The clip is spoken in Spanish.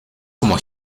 como